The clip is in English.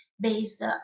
based